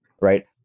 right